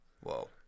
Whoa